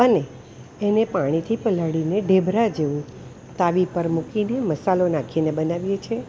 અને એને પાણીથી પલાળીને ઢેબરા જેવો તાવી પર મૂકીને મસાલો નાખીને બનાવીએ છીએ